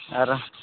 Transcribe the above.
ᱟᱨ